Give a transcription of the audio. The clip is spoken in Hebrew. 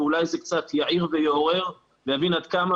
ואולי זה קצת יעיר ויעורר להבין עד כמה